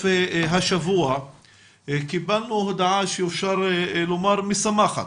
השבוע קיבלנו הודעה אפשר לומר משמחת,